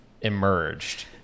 emerged